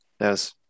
yes